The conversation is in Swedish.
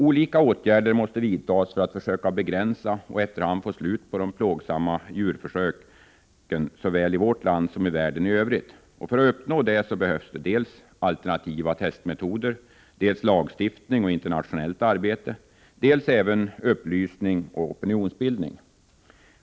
Olika åtgärder måste vidtas för att försöka begränsa och efter hand få slut på plågsamma djurförsök, såväl i vårt land som i världen i övrigt. För att uppnå detta behövs dels alternativa testmetoder, dels lagstiftning och internationellt arbete, dels också upplysning och opinionsbildning.